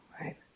right